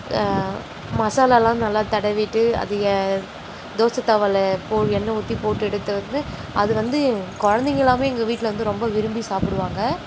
மசாலாவெலாம் நல்லா தடவிட்டு அது எ தோசை தவாவில் போ எண்ணெய் ஊற்றி போட்டு எடுத்து வந்து அது வந்து எங் குழந்தைங்கள்லாமே எங்கள் வீட்டில் வந்து ரொம்ப விரும்பி சாப்பிடுவாங்க